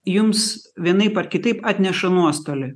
jums vienaip ar kitaip atneša nuostolį